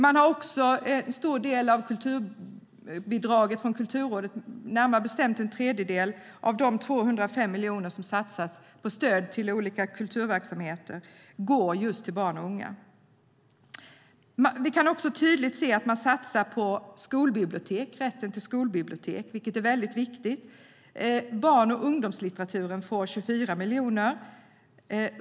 En stor del av kulturbidraget från Statens kulturråd, närmare bestämt en tredjedel av de 205 miljoner som satsas på stöd till olika kulturverksamheter, går just till barn och unga. Vi kan också tydligt se att man satsar på rätten till skolbibliotek, vilket är väldigt viktigt. Barn och ungdomslitteraturen får 24 miljoner.